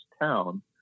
town